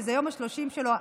כי זה יום השלושים שלו.